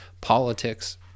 politics